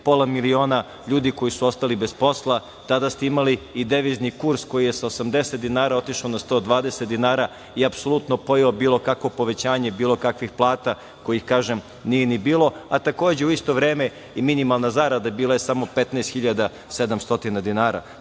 pola miliona ljudi koji su ostali bez posla, tada ste imali devizni kurs koji je sa 80 dinara otišao na 120 dinara i apsolutno pojeo bilo kakvo povećanje bilo kakvih plata kojih, kažem, nije ni bilo, a takođe u isto vreme i minimalna zarada bila je samo 15.700 dinara. Tako